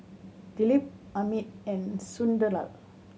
Dilip Amit and Sunderlal